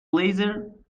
laser